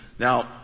Now